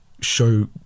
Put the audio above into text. show